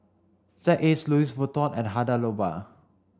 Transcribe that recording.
Z A Louis Vuitton and Hada Labo